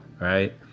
right